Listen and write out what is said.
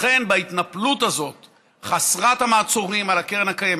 לכן בהתנפלות חסרת המעצורים הזאת על הקרן הקיימת,